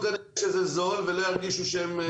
שכנראה שזה זול ולא ירגישו שהם קונים מוצר אמיתי.